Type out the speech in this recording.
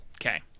okay